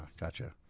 Gotcha